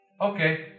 okay